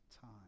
time